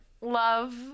love